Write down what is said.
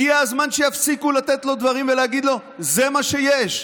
הגיע הזמן שיפסיקו לתת לו דברים ולהגיד לו: זה מה שיש.